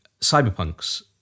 Cyberpunk's